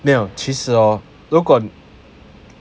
没有其实 hor 如果